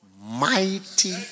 mighty